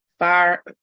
Fire